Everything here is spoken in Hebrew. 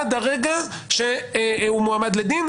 עד הרגע שהוא מועמד לדין,